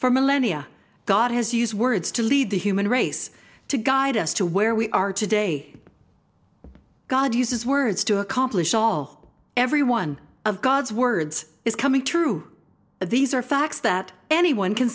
for millennia god has used words to lead the human race to guide us to where we are today god uses words to accomplish all every one of god's words is coming true these are facts that anyone can